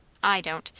i don't.